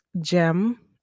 gem